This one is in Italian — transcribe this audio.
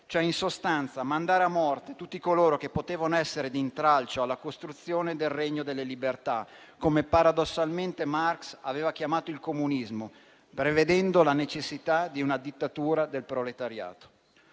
cioè in sostanza mandare a morte tutti coloro che potevano essere di intralcio alla costruzione del regno delle libertà, come paradossalmente Marx aveva chiamato il comunismo, prevedendo la necessità di una dittatura del proletariato.